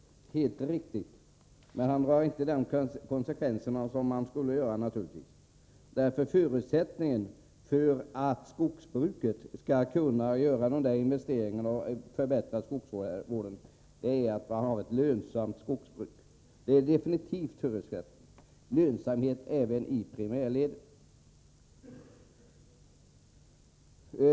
Det är helt riktigt, men han drar inte den slutsats som han borde göra. En förutsättning för att skogsbruket skall kunna göra dessa investeringar och förbättra skogsvården är att skogsbruket är lönsamt — det är definitivt en huvudförutsättning. Det gäller även i primärledet.